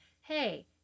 hey